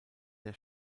der